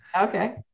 Okay